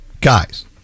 guys